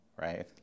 right